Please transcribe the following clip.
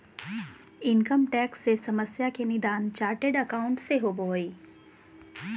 income tax से समस्या के निदान चार्टेड एकाउंट से होबो हइ